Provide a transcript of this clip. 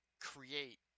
create